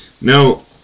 Now